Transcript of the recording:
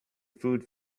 food